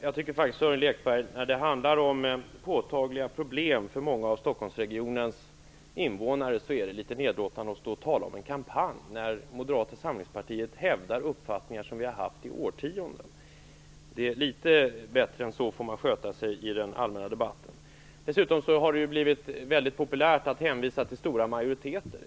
Fru talman! När det handlar om påtagliga problem för många av Stockholmsregionens invånare tycker jag faktiskt, Sören Lekberg, att det är litet nedlåtande att tala om en kampanj när Moderata samlingspartiet hävdar uppfattningar som vi har haft i årtionden. Litet bättre än så får man sköta sig i den allmänna debatten. Dessutom har det blivit mycket populärt att hänvisa till stora majoriteter.